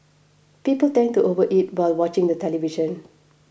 people tend to overeat while watching the television